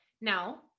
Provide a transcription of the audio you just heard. Now